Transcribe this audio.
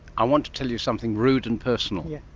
i want to tell you something rude and personal. yeah